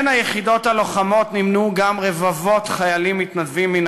עם היחידות הלוחמות נמנו גם רבבות חיילים מתנדבים מן